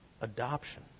adoption